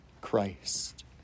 Christ